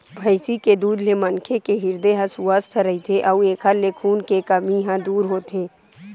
भइसी के दूद ले मनखे के हिरदे ह सुवस्थ रहिथे अउ एखर ले खून के कमी ह दूर होथे